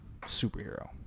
superhero